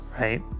right